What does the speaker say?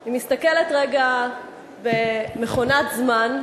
אני מסתכלת רגע במכונת זמן,